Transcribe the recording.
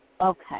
Okay